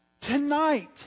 Tonight